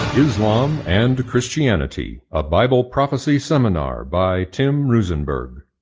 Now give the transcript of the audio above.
islam and christianity, a bible prophecy seminar by tim roosenberg.